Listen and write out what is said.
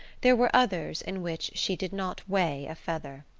there were others in which she did not weigh a feather.